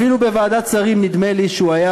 אפילו בוועדת שרים נדמה לי שהוא היה